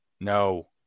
No